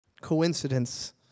coincidence